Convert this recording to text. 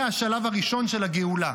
זה השלב הראשון של הגאולה.